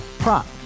Prop